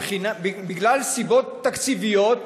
מסיבות תקציביות,